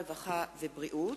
הרווחה והבריאות,